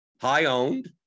high-owned